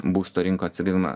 būsto rinkų atsigavimą